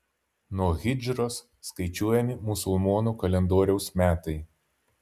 nuo hidžros skaičiuojami musulmonų kalendoriaus metai